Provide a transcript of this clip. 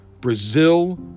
Brazil